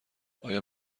آیا